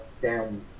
down